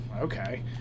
okay